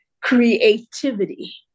creativity